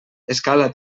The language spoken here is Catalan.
escala